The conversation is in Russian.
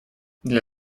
для